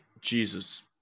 Jesus